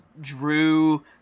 drew